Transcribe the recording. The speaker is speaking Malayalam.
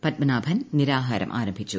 പത്മനാഭൻ നിരാഹാരം ആരംഭിച്ചു